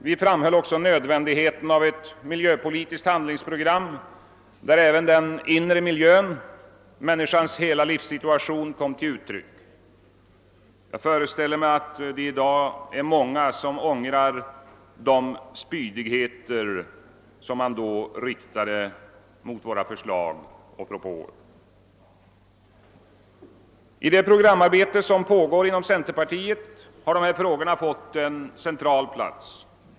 Vi framhöll också nödvändigheten av ett miljöpolitiskt handlingsprogram där även den inre miljön, människans hela livssituation, kommer till uttryck. Jag föreställer mig att det i dag är många som ångrar de spydigheter som då riktades mot våra förslag och propåer. I det programarbete som pågår inom centerpartiet har dessa frågor fått en central plats.